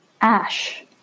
Ash